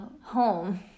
home